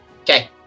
Okay